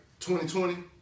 2020